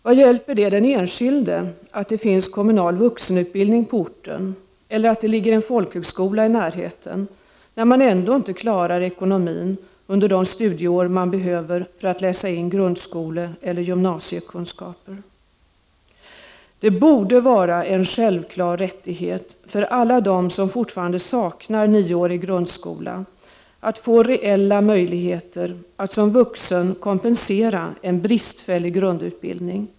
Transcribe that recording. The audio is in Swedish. Vad hjälper det den enskilde att det finns kommunal vuxenutbildning på orten eller att det ligger en folkhögskola i närheten, när man ändå inte klarar ekonomin under de studieår man behöver för att läsa in grundskoleeller gymnasiekunskaper? Det borde vara en självklar rättighet för alla dem som fortfarande saknar nioårig grundskola att få reella möjligheter att som vuxen kompensera en bristfällig grundutbildning.